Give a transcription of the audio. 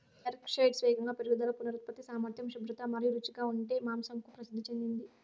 Berkshires వేగంగా పెరుగుదల, పునరుత్పత్తి సామర్థ్యం, శుభ్రత మరియు రుచిగా ఉండే మాంసంకు ప్రసిద్ధి చెందింది